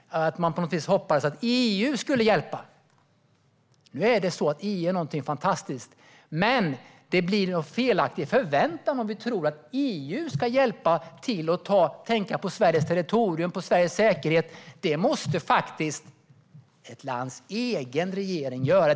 något som Biden sa: Man hoppas på något sätt att EU ska hjälpa oss. EU är fantastiskt, men det blir en felaktig förväntan om vi tror att EU ska hjälpa till och tänka på Sveriges territorium och Sveriges säkerhet. Det måste faktiskt ett lands egen regering göra.